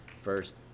first